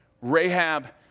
Rahab